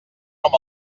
com